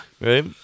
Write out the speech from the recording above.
Right